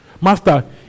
Master